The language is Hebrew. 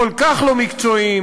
כל כך לא מקצועיים,